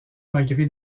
malgré